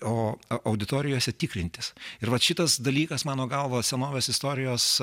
o auditorijose tikrintis ir vat šitas dalykas mano galva senovės istorijos